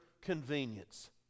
convenience